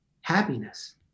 happiness